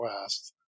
west